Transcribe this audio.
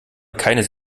keines